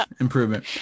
Improvement